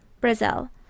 Brazil